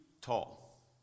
tall